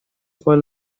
for